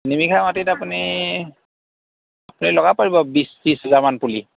তিনিবিঘা মাটিত আপুনি আপুনি লগাব পাৰিব বিশ ত্ৰিছ হাজাৰ মান পুলি